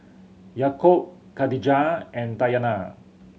Yaakob Khadija and Dayana